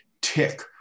tick